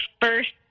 first